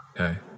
Okay